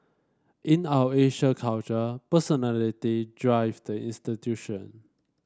in our Asian culture personality drive the institution